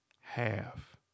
half